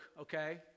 okay